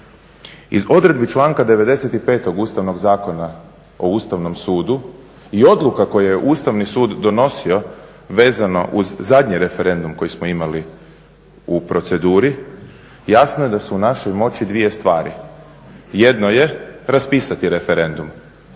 Iz odredbi članka 95. Ustavnog zakona o Ustavnom sudu i odluka koje je Ustavni sud donosio vezano uz zadnji referendum koji smo imali u proceduri, jasno je da su u našoj moći dvije stvari. Jedno je raspisati referendum,